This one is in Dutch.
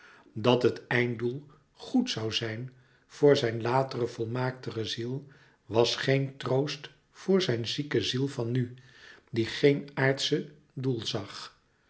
dat het einddoel goed zoû zijn voor zijn latere volmaaktere ziel was geen troost voor zijn zieke ziel van nu die geen aardsche doel zag